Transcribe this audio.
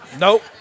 nope